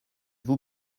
vous